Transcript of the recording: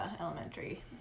elementary